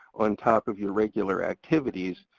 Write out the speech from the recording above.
on top of your regular activities,